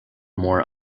more